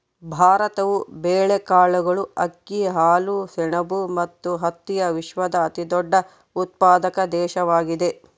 ಭಾರತವು ಬೇಳೆಕಾಳುಗಳು, ಅಕ್ಕಿ, ಹಾಲು, ಸೆಣಬು ಮತ್ತು ಹತ್ತಿಯ ವಿಶ್ವದ ಅತಿದೊಡ್ಡ ಉತ್ಪಾದಕ ದೇಶವಾಗಿದೆ